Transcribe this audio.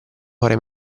fare